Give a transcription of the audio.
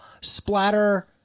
splatter